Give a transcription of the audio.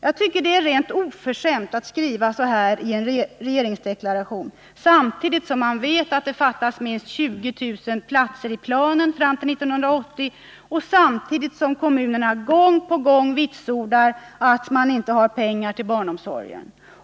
Jag tycker att det är rent oförskämt att skriva så i en regeringsdeklaration när man vet att det fattas minst 20 000 platser i planen fram till 1980 och när kommunerna gång på gång vitsordat att man inte har tillräckligt med pengar för barnomsorgen.